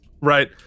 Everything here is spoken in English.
Right